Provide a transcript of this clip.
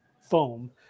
foam